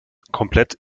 komplett